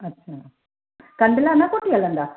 अच्छा कंडला न कोठे हलंदा